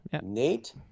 Nate